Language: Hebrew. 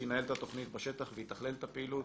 שינהל את התכנית בשטח ויתכלל את הפעילות,